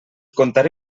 contaré